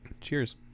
Cheers